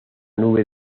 nube